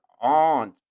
on